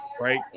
right